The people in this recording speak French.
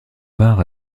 vinrent